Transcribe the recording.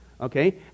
Okay